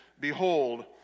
behold